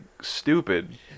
stupid